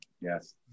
yes